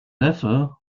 neffe